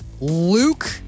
Luke